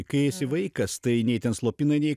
kai esi vaikas tai nei ten slopina nei